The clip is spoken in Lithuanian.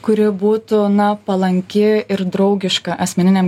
kuri būtų na palanki ir draugiška asmeniniam